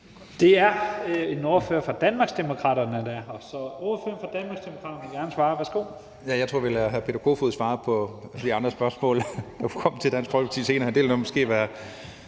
Det er en ordfører fra Danmarksdemokraterne, der er her. Så ordføreren fra Danmarksdemokraterne vil gerne svare. Værsgo.